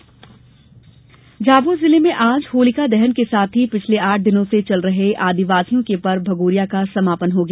भगोरिया समापन झाबुआ जिले में आज होलिका दहन के साथ ही पिछले आठ दिन से चल रहे आदिवासियों के पर्व भगोरिया का समापन जाएगा